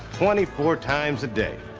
twenty four times a day.